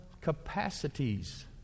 capacities